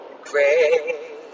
great